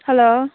hello